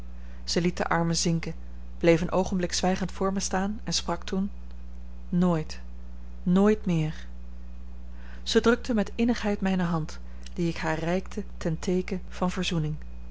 liet de armen zinken bleef een oogenblik zwijgend voor mij staan en sprak toen nooit nooit meer zij drukte met innigheid mijne hand die ik haar reikte ten teeken van verzoening